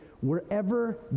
wherever